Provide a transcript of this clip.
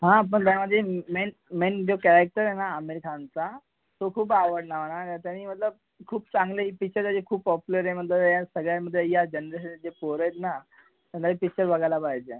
हां पण त्यामध्ये मेन मेन जो कॅरेक्टर आहे ना आमीर खानचा तो खूप आवडला मला त्यांनी मतलब खूप चांगलं एक पिच्चर एक खूप पॉप्युलर आहे म्हणलं तर या सगळ्यांचं या जनरेशनचे पोरं आहेत ना त्यांना हा पिच्चर बघायला पाहिजे